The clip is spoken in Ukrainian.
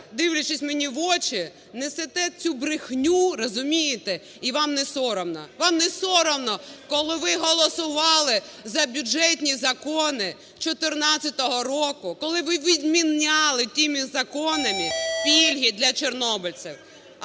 дивлячись мені в очі, несете цю брехню. Розумієте? І вам не соромно. Вам не соромно, коли ви голосували за бюджетні закони 2014 року, коли ви відміняли тими законами пільги для чорнобильців.